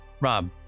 Rob